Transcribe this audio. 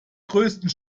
größten